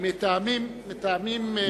מטעמים מצפוניים.